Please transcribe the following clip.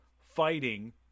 fighting